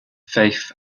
faith